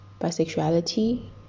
bisexuality